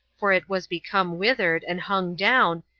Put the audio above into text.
for it was become withered, and hung down,